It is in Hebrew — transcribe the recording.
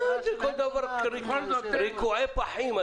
ריקועי פחים.